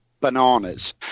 bananas